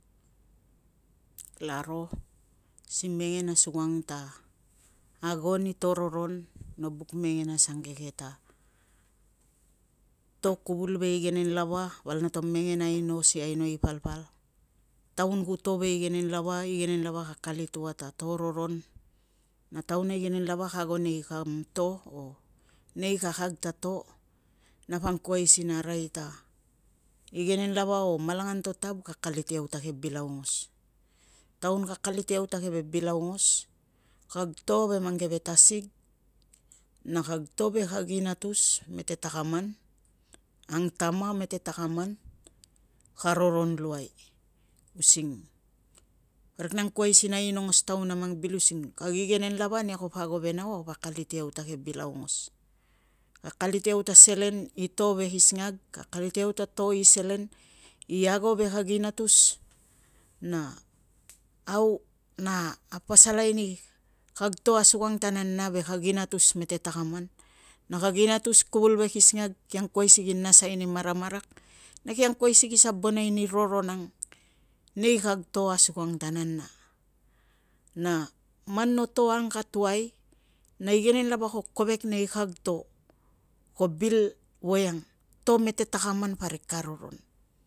Kalaro si mengen asuang ta ago ni to roron, no buk mengen asangeke ta, to kuvul ve igenen lava ka val noto mengen aino si ainoai i palpal, taun ku to ve igenen lava, igenen lava ka akalit ua ta to roron na taun a igenen lava ka ago nei kam to o nei kakag ta to, napa angkuai si naka arai ta, igenen lava o malanganto tav ka akalit iau ta ke bil aungos. Taun ka akalit iau ta ke bil aungos, kag to ve mang keve tasig, na kag to ve inatus mete takaman, angtama mete takaman ka roron luai. Using parik na angkuai si naka inongos taun a mang bil using, kag igenen lava nia kapo ago ve nau, na kapo akalit iau ta keve bil aungos. Ka akalit iau ta selen i to ve kisingag, ka akalit iau ta to i selen i ago ve kag inatus, na au na apasalai ni kag to asuang ta nana ve kag inatus mete takaman. Na kag inatus kuvul ve kisingag ki angkuai si ki nasai ni maramarak, na ki angkuai si ki sabonai ni roron ang nei kag to asukang ta nana. Na man no to angatuai, na igenen lava ko kovek nei kag to, ko bil ang voiang to mete takaman parik ka roron.